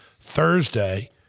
Thursday